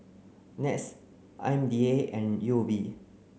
NETS I M D A and U O B